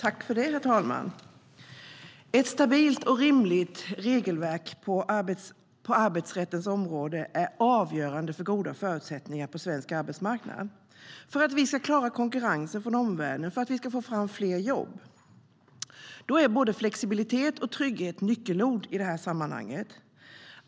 Herr talman! Ett stabilt och rimligt regelverk på arbetsrättens område är avgörande för goda förutsättningar på svensk arbetsmarknad. Det handlar om att vi ska klara konkurrensen från omvärlden och om att vi ska få fram fler jobb. Både flexibilitet och trygghet är nyckelord i det här sammanhanget.